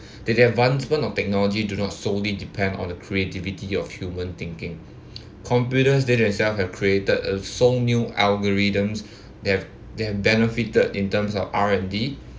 the the advancement of technology do not solely depend on the creativity of human thinking computers they themselves have created a sole new algorithms that have that have benefited in terms of R&D